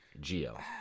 Geo